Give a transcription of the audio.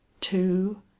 two